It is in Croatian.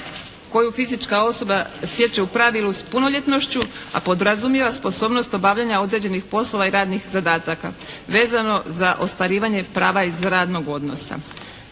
koju fizička osoba stječe u pravilu s punoljetnošću, a podrazumijeva sposobnost obavljanja određenih poslova i radnih zadataka vezano za ostvarivanje prava iz radnog odnosa.